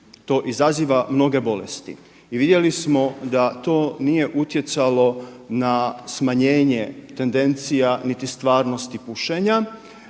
To izaziva mnoge bolesti. I vidjeli smo da to nije utjecalo na smanjenje tendencija, niti stvarnosti pušenja